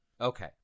Okay